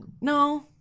no